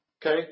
Okay